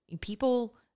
people